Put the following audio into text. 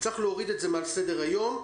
צריך להוריד את זה מעל סדר היום.